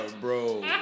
bro